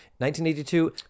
1982